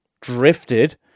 drifted